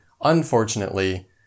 Unfortunately